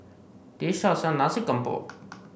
this shop sells Nasi Campur